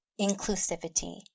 inclusivity